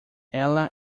ela